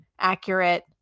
accurate